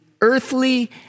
earthly